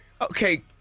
okay